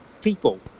People